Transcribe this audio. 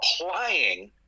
applying—